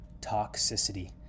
toxicity